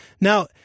now